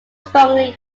strongly